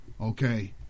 Okay